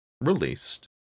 released